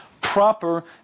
proper